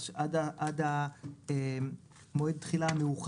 יש היתכנות להחלה של החוק על סוגי החשבונות האלה?